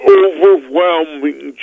overwhelming